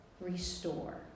restore